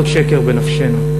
לא לעשות שקר בנפשנו.